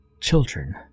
children